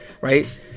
right